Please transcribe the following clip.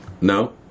No